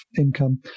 income